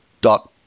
dot